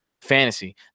fantasy